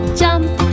jump